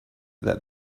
that